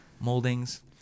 Moldings